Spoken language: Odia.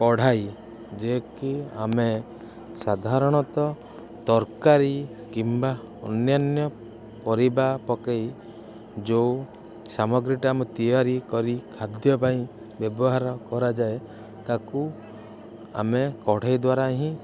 କଢ଼ାଇ ଯିଏକି ଆମେ ସାଧାରଣତଃ ତରକାରୀ କିମ୍ବା ଅନ୍ୟାନ୍ୟ ପରିବା ପକାଇ ଯେଉଁ ସାମଗ୍ରୀଟା ଆମେ ତିଆରି କରି ଖାଦ୍ୟ ପାଇଁ ବ୍ୟବହାର କରାଯାଏ ତାକୁ ଆମେ କଢ଼ାଇ ଦ୍ୱାରା ହିଁ